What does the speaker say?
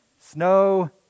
snow